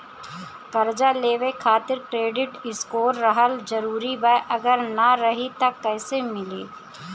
कर्जा लेवे खातिर क्रेडिट स्कोर रहल जरूरी बा अगर ना रही त कैसे मिली?